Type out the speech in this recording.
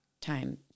time